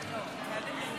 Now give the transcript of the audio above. לחיילים לא.